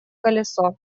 колесо